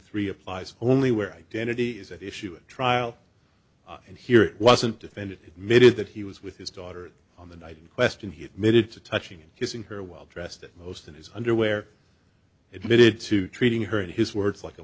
three applies only where identity is at issue at trial and here it wasn't defended mitt is that he was with his daughter on the night in question he admitted to touching and kissing her while dressed it most in his underwear admitted to treating her and his words like a